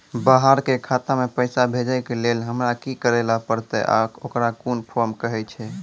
बाहर के खाता मे पैसा भेजै के लेल हमरा की करै ला परतै आ ओकरा कुन फॉर्म कहैय छै?